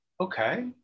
okay